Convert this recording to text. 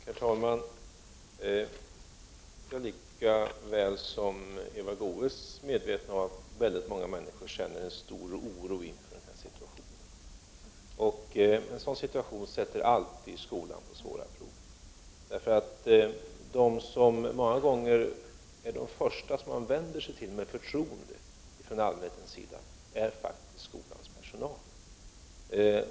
Herr talman! Jag är lika väl som Eva Goös medveten om att många människor känner en stor oro inför den här situationen. En sådan situation sätter alltid skolan på svåra prov. De första som man vänder sig till med förtroende är många gånger faktiskt skolans personal.